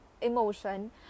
emotion